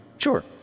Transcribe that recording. Sure